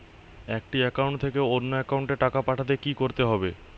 একটি একাউন্ট থেকে অন্য একাউন্টে টাকা পাঠাতে কি করতে হবে?